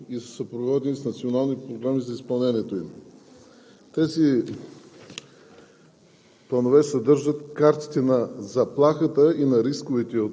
Плановете обхващат периода 2016 – 2021 г. и са съпроводени с национални програми за изпълнението им. Тези